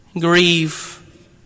grieve